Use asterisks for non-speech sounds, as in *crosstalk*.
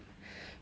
*breath*